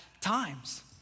times